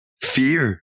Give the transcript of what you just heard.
fear